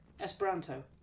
Esperanto